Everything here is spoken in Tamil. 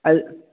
அது